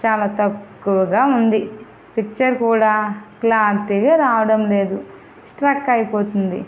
చాలా తక్కువగా ఉంది పిక్చర్ కూడా క్లారిటీగా రావడం లేదు స్ట్రక్ అయిపోతుంది